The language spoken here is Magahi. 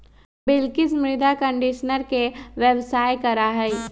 बिलकिश मृदा कंडीशनर के व्यवसाय करा हई